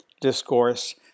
discourse